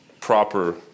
proper